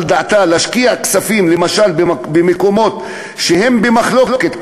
דעתה להשקיע כספים למשל במקומות שהם במחלוקת,